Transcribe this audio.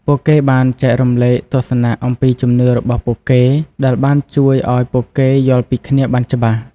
ពួកគេបានចែករំលែកទស្សនៈអំពីជំនឿរបស់ពួកគេដែលបានជួយឲ្យពួកគេយល់ពីគ្នាបានច្បាស់។